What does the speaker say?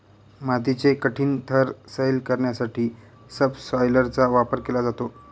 मातीचे कठीण थर सैल करण्यासाठी सबसॉयलरचा वापर केला जातो